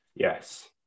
Yes